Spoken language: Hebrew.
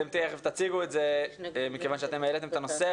אתם תכף תציגו את זה מכיוון שאתם העלאתם את הנושא,